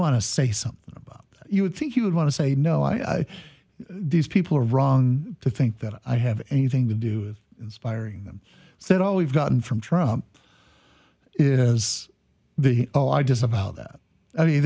want to say something about you would think you would want to say no i these people are wrong to think that i have anything to do with inspiring them said all we've gotten from trump as the oh i just about that i mean